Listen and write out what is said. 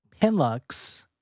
Penlux